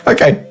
Okay